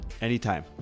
Anytime